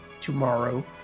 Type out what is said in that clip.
tomorrow